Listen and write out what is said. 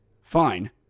Fine